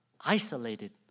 isolated